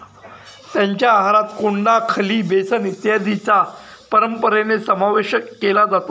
त्यांच्या आहारात कोंडा, खली, बेसन इत्यादींचा परंपरेने समावेश केला जातो